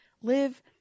live